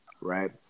right